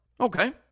Okay